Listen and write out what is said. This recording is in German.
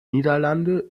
niederlande